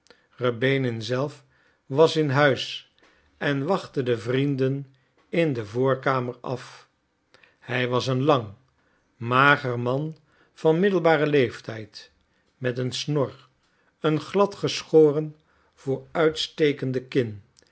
rjäbinin zelf was in huis en wachtte de vrienden in de voorkamer af hij was een lang mager man van middelbaren leeftijd met een snor een gladgeschoren vooruitstekende kin